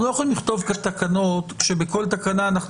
אנחנו לא יכולים לכתוב בתקנות כאשר בכל תקנה אנחנו